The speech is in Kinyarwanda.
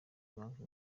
banki